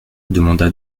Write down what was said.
demanda